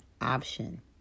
option